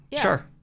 Sure